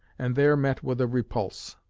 and there met with a repulse,